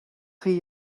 chi